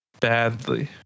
badly